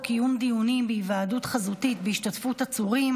קיום דיונים בהיוועדות חזותית בהשתתפות עצורים,